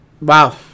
Wow